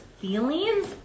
feelings